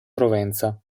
provenza